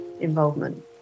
involvement